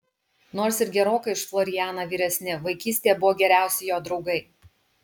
nors ir gerokai už florianą vyresni vaikystėje buvo geriausi jo draugai